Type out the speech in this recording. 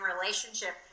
relationship